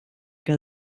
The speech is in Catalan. que